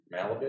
Malibu